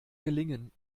gelingen